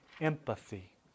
empathy